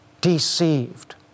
deceived